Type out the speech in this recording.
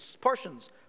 portions